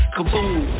Kaboom